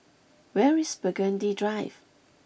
where is Burgundy Drive